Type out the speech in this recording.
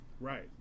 Right